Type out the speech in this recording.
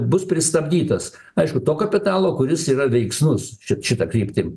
bus pristabdytas aišku to kapitalo kuris yra veiksnus čia šita kryptim